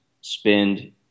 spend